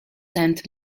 sent